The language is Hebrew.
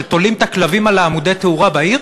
כשתולים את הכלבים על עמודי התאורה בעיר?